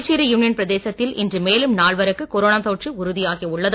Puducherry union பிரதேசத்தில் இன்று மேலும் நால்வருக்கு கொரோனா தொற்று உறுதியாகியுள்ளது